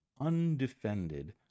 undefended